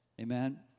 Amen